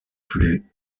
plus